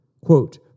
Quote